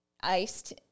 iced